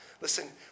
Listen